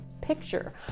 picture